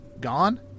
gone